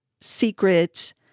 secret